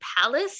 palace